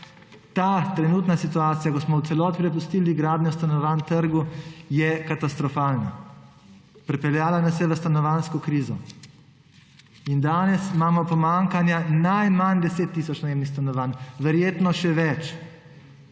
trenutna situacija, ko smo v celoti prepustili gradnjo stanovanj trgu, je katastrofalna. Pripeljala nas je v stanovanjsko krizo. Danes imamo pomanjkanje najmanj 10 tisoč najemnih stanovanj, verjetno še več.